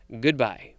Goodbye